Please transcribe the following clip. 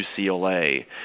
UCLA